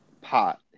pot